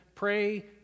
Pray